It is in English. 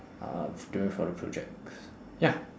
uh doing for the projects ya